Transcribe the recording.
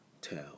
tell